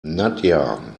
nadia